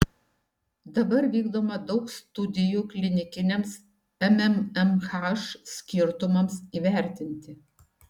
dabar vykdoma daug studijų klinikiniams mmmh skirtumams įvertinti